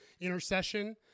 Intercession